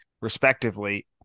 respectively